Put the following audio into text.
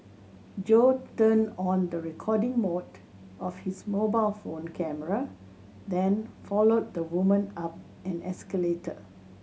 Jo turned on the recording mode of his mobile phone camera then followed the woman up an escalator